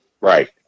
Right